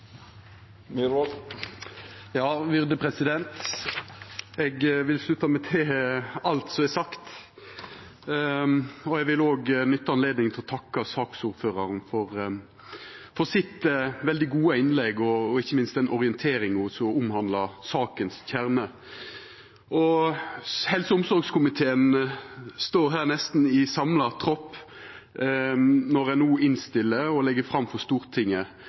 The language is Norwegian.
er sagt, og eg vil nytta anledninga til å takka saksordføraren for hennar veldig gode innlegg og ikkje minst den orienteringa som omhandlar kjernen i saka. Helse- og omsorgskomiteen står her i nesten samla tropp når ein no innstiller og legg fram for Stortinget.